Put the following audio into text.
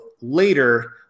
later